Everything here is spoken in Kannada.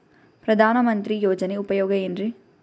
ಪ್ರಧಾನಮಂತ್ರಿ ಯೋಜನೆ ಉಪಯೋಗ ಏನ್ರೀ?